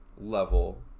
level